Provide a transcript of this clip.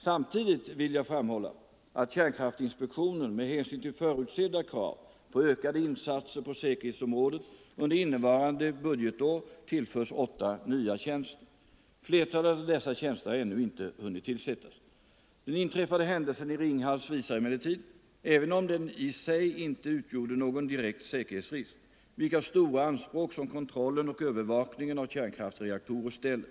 Samtidigt vill jag framhålla att kärnkraftinspektionen med hänsyn till förutsedda krav på ökade insatser på säkerhetsområdet under innevarande budgetår tillförts åtta nya tjänster. Flertalet av dessa tjänster har ännu inte hunnit tillsättas. Den inträffade händelsen i Ringhals visar emellertid, även om den i sig inte utgjorde någon direkt säkerhetsrisk, vilka stora anspråk som kontrollen och övervakningen av kärnkraftreaktorer ställer.